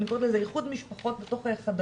אני קוראת לזה איחוד משפחות בתוך חדרים,